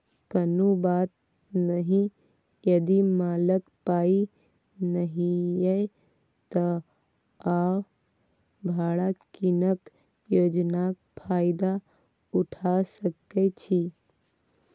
कुनु बात नहि यदि मालक पाइ नहि यै त अहाँ भाड़ा कीनब योजनाक फायदा उठा सकै छी